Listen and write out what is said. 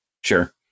Sure